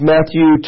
Matthew